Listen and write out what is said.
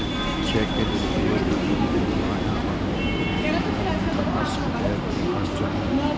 cheque के दुरुपयोग रोकै लेल बायां तरफ ऊपरी किनारा मे क्रास कैर देबाक चाही